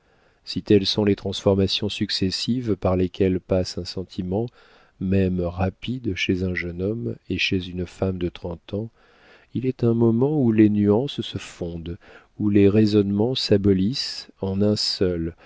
si telles sont les transformations successives par lesquelles passe un sentiment même rapide chez un jeune homme et chez une femme de trente ans il est un moment où les nuances se fondent où les raisonnements s'abolissent en un seul